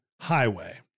highway